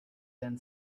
than